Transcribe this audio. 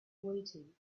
waiting